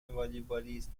والیبالیست